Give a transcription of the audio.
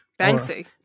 Banksy